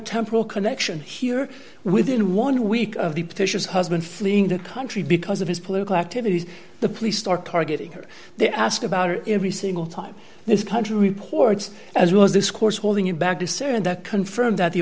temporal connection here within one week of the petitions husband fleeing the country because of his political activities the police start targeting her they ask about it every single time this point reports as well as this course holding it back to syria and that confirmed that the